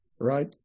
right